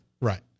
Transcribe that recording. Right